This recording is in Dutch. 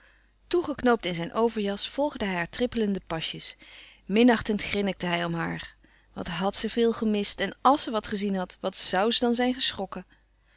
toegeknoopt in zijn overjas volgde hij haar trippelende pasjes minachtend grinnikte hij om haar wat had ze veel gemist en àls ze wat gezien had wat zoû ze dan zijn geschrokken